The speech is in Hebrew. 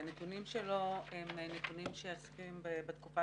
והנתונים שלו הם נתונים שעוסקים בתקופה